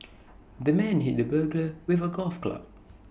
the man hit the burglar with A golf club